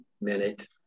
minute